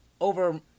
over